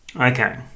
Okay